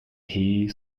shuí